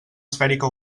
esfèrica